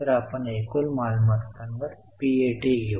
तर आपण एकूण मालमत्तांवर पीएटी घेऊ